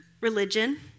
religion